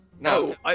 No